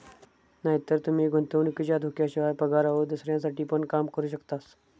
नायतर तूमी गुंतवणुकीच्या धोक्याशिवाय, पगारावर दुसऱ्यांसाठी पण काम करू शकतास